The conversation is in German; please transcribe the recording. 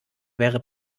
wäre